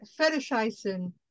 fetishizing